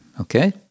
okay